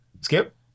Skip